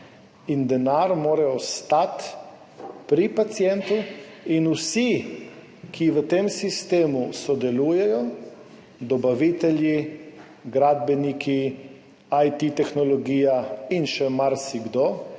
In denar mora ostati pri pacientu. Vsi, ki v tem sistemu sodelujejo, dobavitelji, gradbeniki, tehnologija IT in še marsikdo,